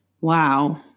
wow